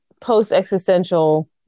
post-existential